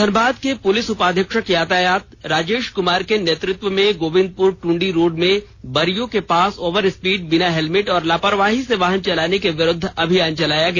धनबाद के पुलिस उपाधीक्षक यातायात राजेश कुमार के नेतृत्व में गोविंदपुर ट्रंडी रोड में बरियो के पास ओवरस्पीड बिना हेलमेट और लापरवाही से वाहन चलाने के विरुद्ध अभियान चलाया गया